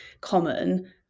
common